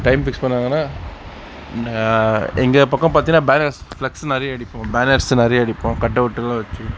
time fix பண்ணிணாங்கன்னா எங்கள் பக்கம் பார்த்தீங்கன்னா பேனர்ஸ் ஃப்ளெக்ஸ் நிறைய அடிப்போம் பேனர்ஸ் நிறைய அடிப்போம் கட்டவுட்டும் வச்சு